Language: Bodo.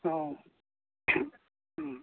अ